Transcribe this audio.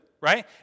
right